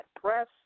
press